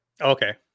Okay